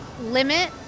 limit